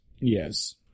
Yes